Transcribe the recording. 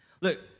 Look